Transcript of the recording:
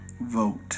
vote